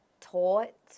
taught